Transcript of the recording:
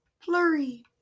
Flurry